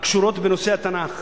הקשורות לנושאי התנ"ך,